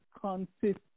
consist